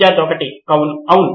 విద్యార్థి 1 అవును